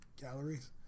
calories